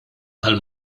għal